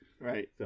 Right